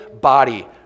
body